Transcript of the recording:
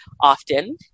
often